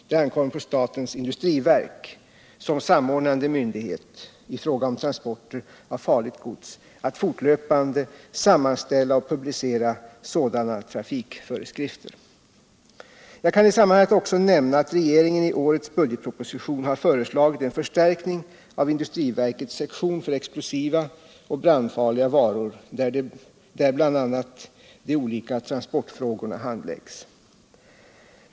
Det ankommer på statens industriverk som samordnande myndighet i fråga om transporter av farligt gods att fortlöpande sammanställa och publicera sådana trafikföreskrifter. Jag kan i detta sammanhang också nämna att regeringen i årets budgetproposition har föreslagit en förstärkning av industriverkets sektion för explosiva och brandfarliga varor, där bl.a. de olika transportfrågorna handläggs.